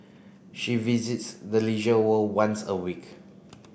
she visits the Leisure World once a week